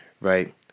Right